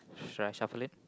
should I shuffle it